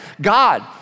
God